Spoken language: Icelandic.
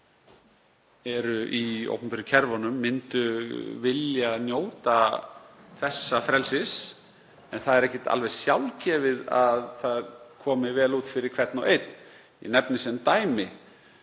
sem eru í opinberu kerfunum myndu vilja njóta þessa frelsis. En það er ekki alveg sjálfgefið að það komi vel út fyrir hvern og einn. Ég nefni sem dæmi